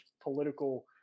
political